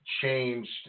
changed